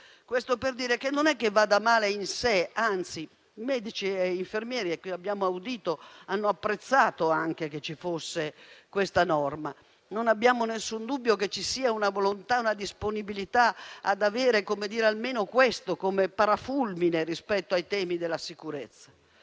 questo per significare che non è che vada male in sé. Anzi, i medici e gli infermieri che abbiamo audito hanno apprezzato che ci fosse questa norma. Non abbiamo alcun dubbio che ci sia una volontà e una disponibilità ad avere almeno questa come parafulmine sui temi della sicurezza.